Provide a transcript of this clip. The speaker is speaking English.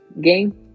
game